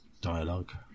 dialogue